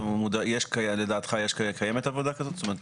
לדעתך קיימת עבודה כזאת?